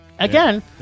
Again